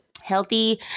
healthy